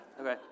Okay